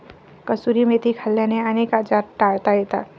कसुरी मेथी खाल्ल्याने अनेक आजार टाळता येतात